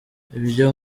ibyo